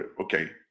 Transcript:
Okay